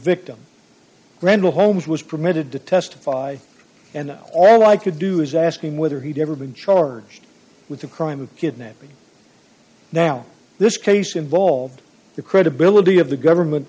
victim randall holmes was permitted to testify and all i could do is asking whether he'd ever been charged with the crime of kidnapping now this case involved the credibility of the government